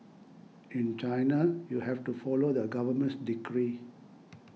in China you have to follow the government's decree